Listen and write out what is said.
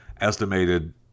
estimated